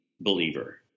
believer